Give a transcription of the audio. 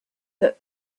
that